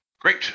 Great